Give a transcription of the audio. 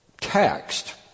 taxed